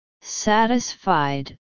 Satisfied